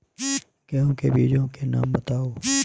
गेहूँ के बीजों के नाम बताओ?